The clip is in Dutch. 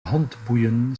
handboeien